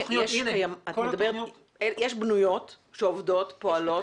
יש בנויות שעובדות ופועלות,